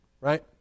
Right